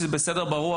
וזה בסדר וברור,